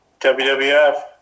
WWF